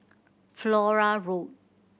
Flora Road